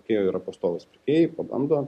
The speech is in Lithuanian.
pirkėjai yra pastovūs jei pabando